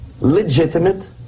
legitimate